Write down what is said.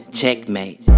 checkmate